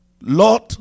Lord